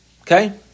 Okay